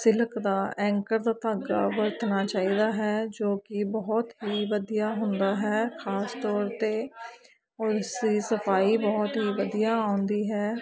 silk ਦਾ Anchor ਦਾ ਧਾਗਾ ਵਰਤਣਾ ਚਾਹੀਦਾ ਹੈ ਜੋ ਕਿ ਬਹੁਤ ਹੀ ਵਧੀਆ ਹੁੰਦਾ ਹੈ ਖਾਸ ਤੌਰ 'ਤੇ ਉਸ ਦੀ ਸਫਾਈ ਬਹੁਤ ਹੀ ਵਧੀਆ ਆਉਂਦੀ ਹੈ